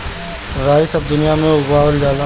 राई सब दुनिया में उगावल जाला